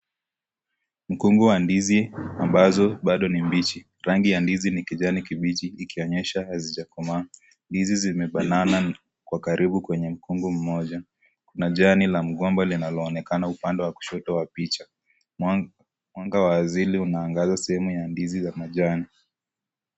Mkungu wa ndizi ambazo bado ni mbichi, rangi ya ndizi ni kijani kibichi ikionyesha hazijakomaa ndizi zimefanana kwa karibu kwenye mkungu moja majani la mgomba linaloonekana upande wa kushoto wa picha mwanga wa asili unaangaza sehemu ya ndizi za majani.